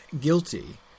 guilty